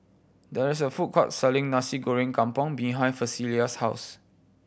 there is a food court selling Nasi Goreng Kampung behind Felicia's house